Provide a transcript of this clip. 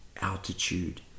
altitude